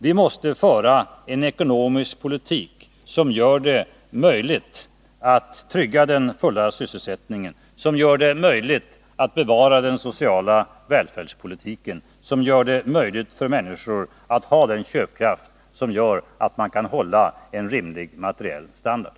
Vi måste föra en ekonomisk politik som gör det möjligt att trygga den fulla sysselsättningen, som gör det möjligt att bevara den sociala välfärdspolitiken, som gör det möjligt för människorna att ha en sådan köpkraft att de kan hålla en rimlig materiell standard.